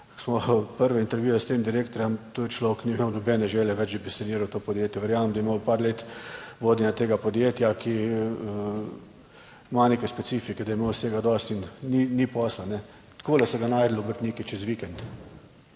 smo imeli prve intervjuje s tem direktorjem, tudi človek ni imel nobene želje več, da bi saniral to podjetje. Verjamem, da je imel par let vodenja tega podjetja, ki ima neke specifike, da je imel vsega dosti in ni posla. Takole so ga našli obrtniki. Čez vikend,